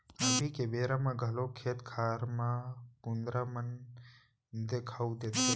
अभी के बेरा म घलौ खेत खार म कुंदरा मन देखाउ देथे